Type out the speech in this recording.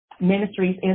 Ministries